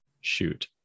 Shoot